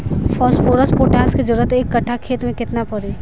Phosphorus potash के जरूरत एक कट्ठा खेत मे केतना पड़ी?